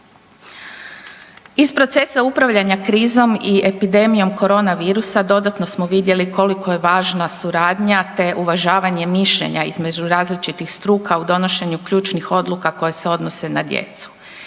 Iz procesa upravljanja krizom i epidemijom korona virusa dodatno smo vidjeli koliko je važna suradnja te uvažavanje mišljenje između različitih struka u donošenju ključnih odluka koje se odnose na djecu.